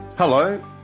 Hello